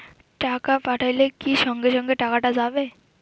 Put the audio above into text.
টাকা পাঠাইলে কি সঙ্গে সঙ্গে টাকাটা যাবে?